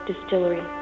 Distillery